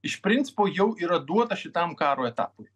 iš principo jau yra duota šitam karo etapui